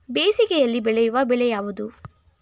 ಬೇಸಿಗೆಯಲ್ಲಿ ಬೆಳೆಯುವ ಬೆಳೆ ಯಾವುದು?